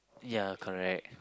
ya correct